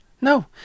No